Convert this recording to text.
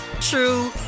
true